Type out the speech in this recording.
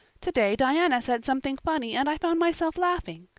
today diana said something funny and i found myself laughing.